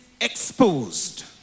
exposed